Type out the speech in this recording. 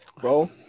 Bro